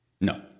No